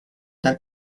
dal